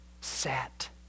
sat